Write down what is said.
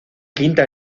quinta